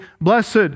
blessed